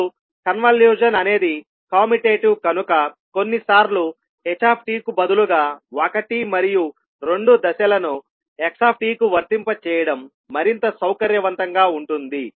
ఇప్పుడు కన్వల్యూషన్ అనేది కమ్యుటేటివ్ కనుక కొన్నిసార్లు h కు బదులుగా ఒకటి మరియు రెండు దశలను x కు వర్తింపచేయడం మరింత సౌకర్యవంతంగా ఉంటుంది